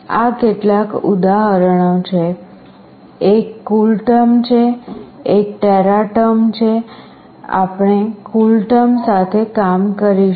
આ કેટલાક ઉદાહરણો છે એક CoolTerm છે એક TeraTerm છે આપણે CoolTerm સાથે કામ કરીશું